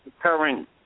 current